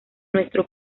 nuestro